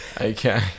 Okay